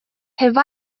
have